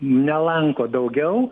nelanko daugiau